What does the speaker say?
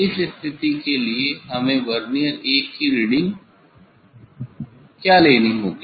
तो इस स्थिति के लिए हमें वर्नियर 1 की रीडिंग क्या लेनी होगा